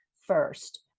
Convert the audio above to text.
first